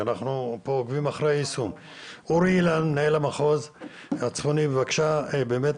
למשפחה יש בממוצע חצי דונם קרקע בבעלות פרטית,